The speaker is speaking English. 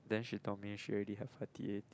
then she told me she already have her T_A to